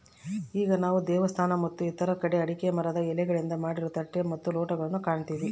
ಈಗ ನಾವು ದೇವಸ್ಥಾನ ಮತ್ತೆ ಇತರ ಕಡೆ ಅಡಿಕೆ ಮರದ ಎಲೆಗಳಿಂದ ಮಾಡಿರುವ ತಟ್ಟೆ ಮತ್ತು ಲೋಟಗಳು ಕಾಣ್ತಿವಿ